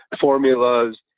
Formulas